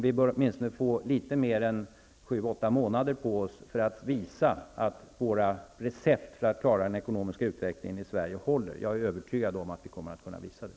Vi bör åtminstone få litet mer än sju åtta månader på oss för att visa att våra recept för att klara den ekonomiska utvecklingen i Sverige håller. Jag är övertygad om att vi kommer att kunna visa det.